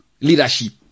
Leadership